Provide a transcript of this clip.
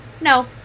no